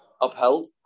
upheld